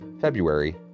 February